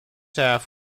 half